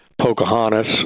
Pocahontas